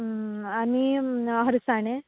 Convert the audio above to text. आनी हरसाणें